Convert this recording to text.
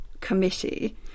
committee